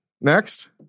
Next